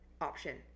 option